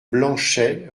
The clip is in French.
blanchet